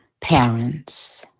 parents